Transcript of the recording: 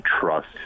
trust